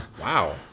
Wow